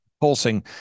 pulsing